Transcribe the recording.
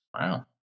Wow